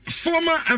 former